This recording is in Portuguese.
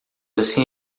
assim